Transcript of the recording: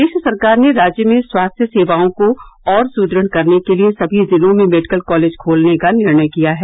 प्रदेश सरकार ने राज्य में स्वास्थ्य सेवाओं को और सुदृढ़ करने के लिए सभी जिलों में मेडिकल कॉलेज खोलने का निर्णय किया है